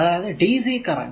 അതായതു dc current